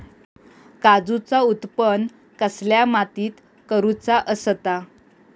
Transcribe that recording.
काजूचा उत्त्पन कसल्या मातीत करुचा असता?